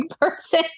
person